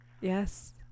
yes